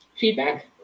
Feedback